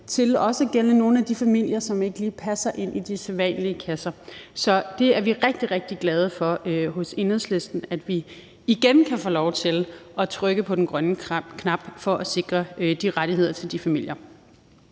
til også at gælde nogle af de familier, som ikke lige passer ind i de sædvanlige kasser. Så vi er rigtig, rigtig glade for hos Enhedslisten, at vi igen kan få lov til at trykke på den grønne knap for at sikre de rettigheder til de familier.